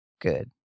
good